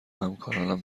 همکارانم